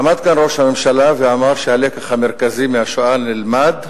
עמד כאן ראש הממשלה ואמר שהלקח המרכזי מהשואה נלמד,